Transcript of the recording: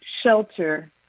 shelter